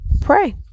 pray